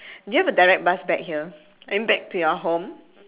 do you have a direct bus back here I mean back to your home